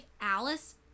Alice